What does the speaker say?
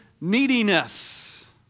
neediness